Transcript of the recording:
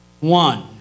one